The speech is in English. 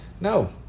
No